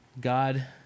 God